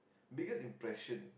biggest impression